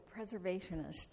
preservationist